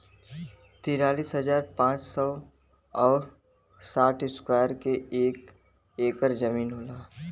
तिरालिस हजार पांच सौ और साठ इस्क्वायर के एक ऐकर जमीन होला